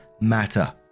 matter